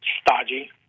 stodgy